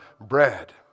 bread